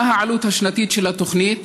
מה העלות השנתית של התוכנית?